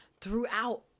throughout